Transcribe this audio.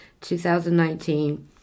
2019